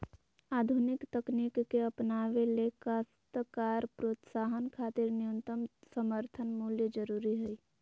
आधुनिक तकनीक के अपनावे ले काश्तकार प्रोत्साहन खातिर न्यूनतम समर्थन मूल्य जरूरी हई